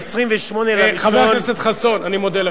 28 בינואר, חבר הכנסת חסון, אני מודה לך.